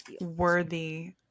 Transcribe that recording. worthy